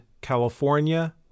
California